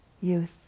youth